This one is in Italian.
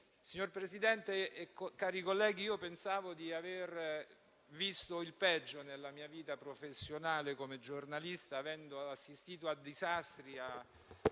Signor Presidente, cari colleghi, io pensavo di aver visto il peggio nella mia vita professionale come giornalista, avendo assistito a disastri e